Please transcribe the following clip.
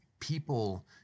people –